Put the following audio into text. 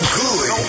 good